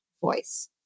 voice